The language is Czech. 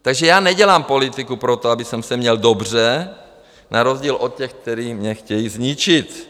Takže já nedělám politiku proto, abych se měl dobře, na rozdíl od těch, kteří mě chtějí zničit.